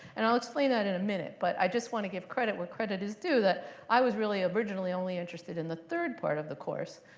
and i'll explain that in a minute. but i just want to give credit where credit is due, that i was really originally only interested in the third part of the course.